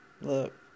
look